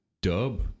dub